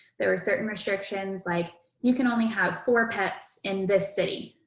there are certain restrictions, like you can only have four pets in this city,